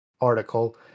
article